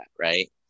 right